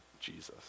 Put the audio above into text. Jesus